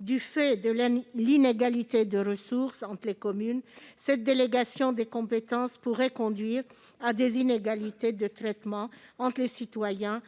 Du fait de l'inégalité de ressources entre les communes, cette délégation de compétences pourrait conduire à des inégalités de traitement entre les citoyens